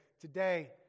today